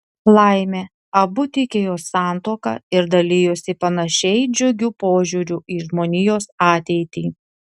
laimė abu tikėjo santuoka ir dalijosi panašiai džiugiu požiūriu į žmonijos ateitį